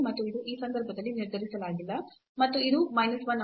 ಮತ್ತು ಇದು ಆ ಸಂದರ್ಭದಲ್ಲಿ ನಿರ್ಧರಿಸಲಾಗಿಲ್ಲ ಮತ್ತು ಇದು ಮೈನಸ್ 1 ಆಗಿರಬಹುದು